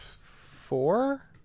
Four